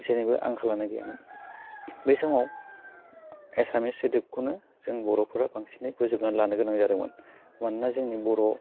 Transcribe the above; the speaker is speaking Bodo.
जेनिबा आंखालानो गैयामोन बै समाव एसामिस सोदोबखौनो जों बर'फ्रा बांसिनै बज'बनानै लानो गोनां जादोंमोन मानोना जोंनि बर'